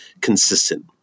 consistent